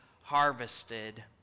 harvested